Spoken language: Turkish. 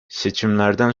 seçimlerden